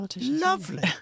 lovely